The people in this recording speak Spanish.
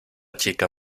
chica